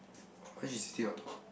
orh mine she's sitting on top